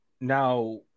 Now